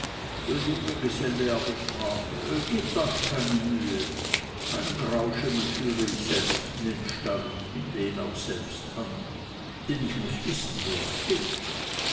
der junge geselle aber sprach gebt euch keine mühe meinen grauschimmel führe ich selbst in den stall und binde ihn auch selbst an denn ich muß wissen wo er steht